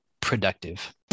productive